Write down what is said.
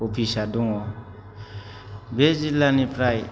अफिसा दङ बे जिल्लानिफ्राय